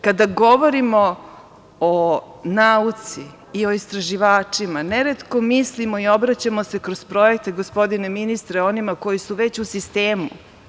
Kada govorimo o nauci i o istraživačima, neretko mislimo i obraćamo se kroz projekte, gospodine ministre, onima koji su već u sistemu.